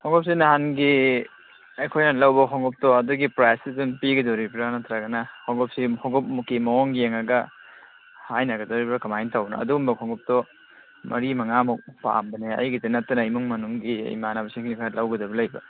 ꯈꯣꯡꯎꯞꯁꯦ ꯅꯍꯥꯟꯒꯤ ꯑꯩꯈꯣꯏꯅ ꯂꯧꯕ ꯈꯣꯡꯎꯞꯇꯣ ꯑꯗꯨꯒꯤ ꯄ꯭ꯔꯥꯏꯁꯇꯨꯗ ꯑꯗꯨꯝ ꯄꯤꯒꯗꯣꯔꯤꯕ꯭ꯔꯥ ꯅꯠꯇ꯭ꯔꯒꯅ ꯈꯣꯡꯎꯞꯁꯤ ꯈꯣꯡꯎꯞꯀꯤ ꯃꯑꯣꯡ ꯌꯦꯡꯒ ꯍꯥꯏꯅꯒꯗꯧꯔꯤꯕ꯭ꯔꯥ ꯀꯃꯥꯏꯅ ꯇꯧꯕꯅꯣ ꯑꯗꯨꯝꯕ ꯈꯣꯡꯎꯞꯇꯣ ꯃꯔꯤ ꯃꯉꯥꯃꯨꯛ ꯄꯥꯝꯕꯅꯦ ꯑꯩꯒꯤꯇ ꯅꯠꯇꯅ ꯏꯃꯨꯡ ꯃꯅꯨꯡꯒꯤ ꯏꯃꯥꯟꯅꯕꯁꯤꯡꯒꯤ ꯈꯔ ꯂꯧꯒꯗꯕ ꯂꯩꯕ